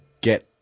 get